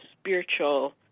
spiritual